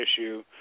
issue